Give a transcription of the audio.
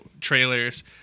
trailers